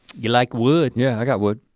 you like wood. yeah i got wood.